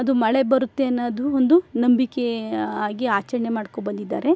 ಅದು ಮಳೆ ಬರುತ್ತೆ ಅನ್ನೋದು ಒಂದು ನಂಬಿಕೆ ಆಗಿ ಆಚರಣೆ ಮಾಡಿಕೊ ಬಂದಿದ್ದಾರೆ